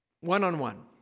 One-on-one